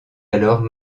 alors